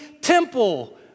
temple